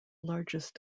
largest